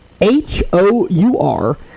H-O-U-R